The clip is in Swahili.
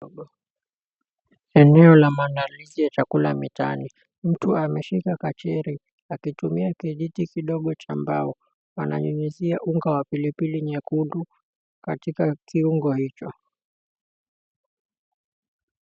Eneo la maandalizi ya chakula mtaani. Mtu ameshika kachiri akitumia kijiti kidogo cha mbao, ananyunyizia unga wa pilipili nyekundu katika kiungo hicho.